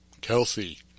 Kelsey